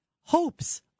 hopes